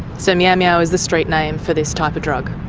so meow meow is the street name for this type of drug?